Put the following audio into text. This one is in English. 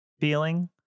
feeling